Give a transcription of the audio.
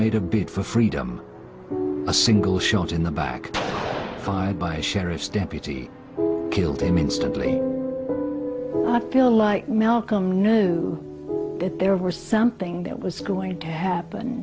made a bid for freedom a single shot in the back fired by a sheriff's deputy killed him instantly feel like malcolm knew there was something that was going to happen